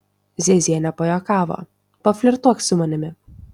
ziezienė pajuokavo paflirtuok su manimi